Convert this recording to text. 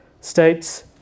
states